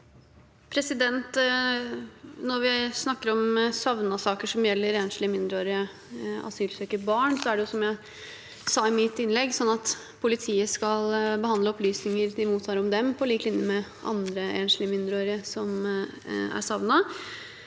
Når vi snakker om savnet-saker som gjelder enslige mindreårige asylsøkere og barn, er det sånn, som jeg sa i mitt innlegg, at politiet skal behandle opplysninger de mottar om dem, på lik linje med andre enslige mindreårige som er savnet.